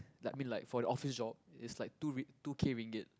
like I mean like for the office job is like two ri~ two K ringgit